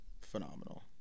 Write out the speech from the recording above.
phenomenal